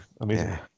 amazing